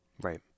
Right